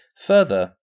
Further